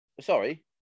Sorry